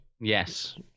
Yes